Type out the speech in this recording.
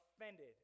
offended